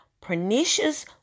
Pernicious